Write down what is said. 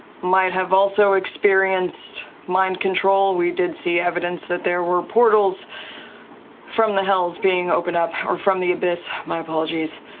might have also experienced mind control, we did see evidence that there were portals from the hells being opened up or from the abyss, my apologies.